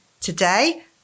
today